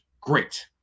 great